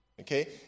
Okay